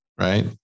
right